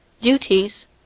duties